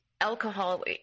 alcohol